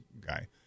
guy